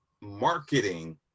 marketing